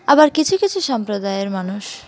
আবার কিছু কিছু সম্প্রদায়ের মানুষ